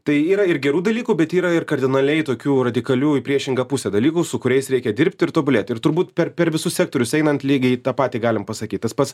tai yra ir gerų dalykų bet yra ir kardinaliai tokių radikalių į priešingą pusę dalykų su kuriais reikia dirbti ir tobulėti ir turbūt per per visus sektorius einant lygiai tą patį galim pasakyt tas pats